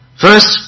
First